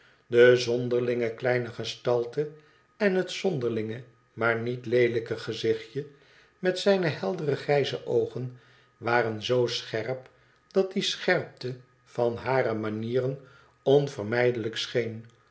de zonderlinge kleine gestalte en het zonderlinge maar niet leelijke gezichtje met zijne heldere grijze oogen waren zoo scherp dat die scherpte van hare manieren onvermijdelijk scheen